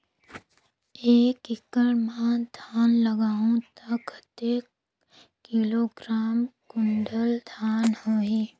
एक एकड़ मां धान लगाहु ता कतेक किलोग्राम कुंटल धान होही?